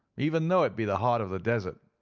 even though it be the heart of the desert.